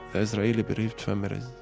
israeli bereaved families,